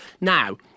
Now